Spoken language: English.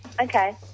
Okay